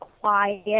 quiet